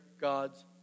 God's